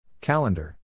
Calendar